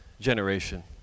generation